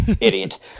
idiot